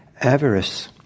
avarice